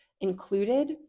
included